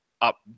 up